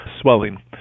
swelling